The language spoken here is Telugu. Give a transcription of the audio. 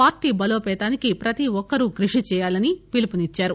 పార్లీ బలోపేతానికి ప్రతిఒక్కరూ కృషిచేయాలని పిలుపునిచ్చారు